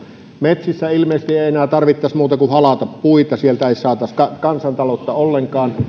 metsissä ilmeisesti ei enää tarvitsisi muuta kuin halata puita sieltä ei saataisi kansantaloutta ollenkaan